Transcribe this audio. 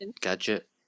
Gadget